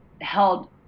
held